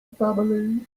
family